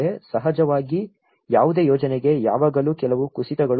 ಸಹಜವಾಗಿ ಯಾವುದೇ ಯೋಜನೆಗೆ ಯಾವಾಗಲೂ ಕೆಲವು ಕುಸಿತಗಳು ಇವೆ